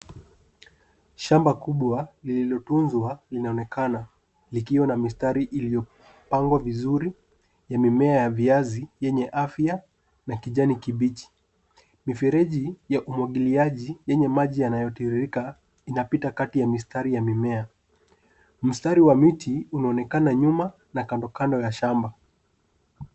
Shamba kubwa lililotunzwa linaonekana; likiwa na mistari iliyopangwa vizuri ya mimea ya viazi yenye afya na kijani kibichi. Mifereji ya umwagiliaji yenye maji yanayotiririka inapita kati ya mistari ya mimea. Mistari ya miti inaonekana nyuma na kandokando ya shamba.